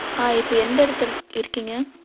ஆ இப்போ எந்த இடத்துல இருக்கீங்க